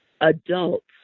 adults